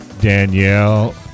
Danielle